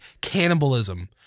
cannibalism